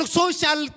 social